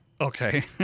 Okay